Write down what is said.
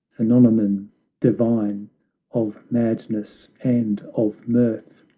phenomenon divine of madness and of mirth!